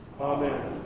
Amen